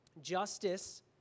Justice